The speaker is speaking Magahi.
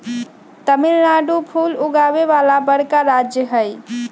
तमिलनाडु फूल उगावे वाला बड़का राज्य हई